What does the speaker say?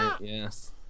yes